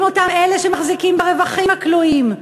עם אותם אלה שמחזיקים ברווחים הכלואים,